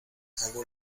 hago